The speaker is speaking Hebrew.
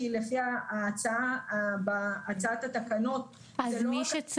כי לפי הצעת התקנות --- (אומרת דברים בשפת הסימנים,